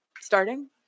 starting